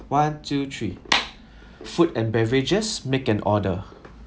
one two three food and beverages make and order